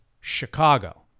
Chicago